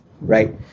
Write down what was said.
right